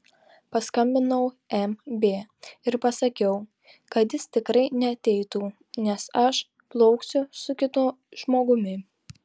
paskambinau mb ir pasakiau kad jis tikrai neateitų nes aš plauksiu su kitu žmogumi